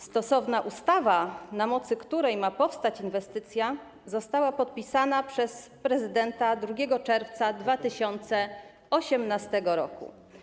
Stosowna ustawa, na mocy której ma powstać inwestycja, została podpisana przez prezydenta 2 czerwca 2018 r.